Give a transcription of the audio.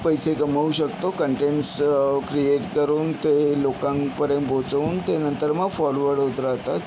पैसे कमवू शकतो कंटेंट्स क्रिएट करून ते लोकांपर्यंत पोहोचवून ते नंतर मग फॉलोअर होत राहतात